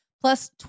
plus